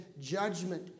judgment